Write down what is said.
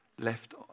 left